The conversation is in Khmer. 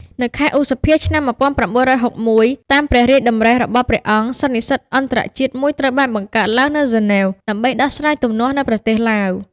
នៅខែឧសភា ឆ្នាំ១៩៦១ តាមព្រះរាជតម្រិះរបស់ព្រះអង្គ សន្និសីទអន្តរជាតិមួយត្រូវបានបង្កើតឡើងនៅហ្សឺណែវ ដើម្បីដោះស្រាយទំនាស់នៅប្រទេសឡាវ។